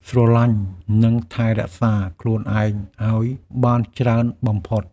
ស្រឡាញ់ និងថែរក្សាខ្លួនឯងឱ្យបានច្រើនបំផុត។